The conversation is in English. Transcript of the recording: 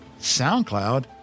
SoundCloud